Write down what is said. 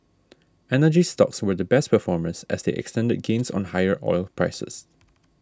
energy stocks were the best performers as they extended gains on higher oil prices